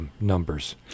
numbers